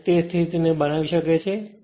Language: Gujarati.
અને સ્થિતિ થી તે બનાવી શકે છે